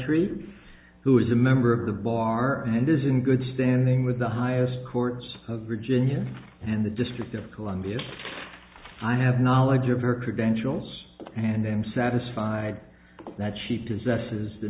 tree who is a member of the bar and is in good standing with the highest courts of virginia and the district of columbia i have knowledge of her credentials and then satisfied that she possesses the